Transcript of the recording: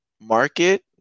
market